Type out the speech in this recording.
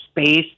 space